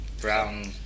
Brown